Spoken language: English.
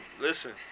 Listen